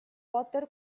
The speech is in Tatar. батыр